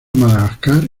madagascar